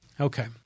okay